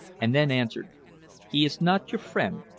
and then answered he is not your friend.